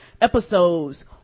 episodes